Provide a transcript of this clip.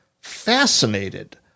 fascinated